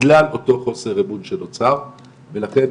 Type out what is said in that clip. בגלל אותו חוסר אמון שנוצר ולכן,